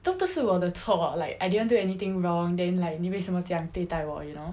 都不是我的错 like I didn't do anything wrong then like 你为什么这样对待我 you know